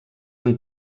han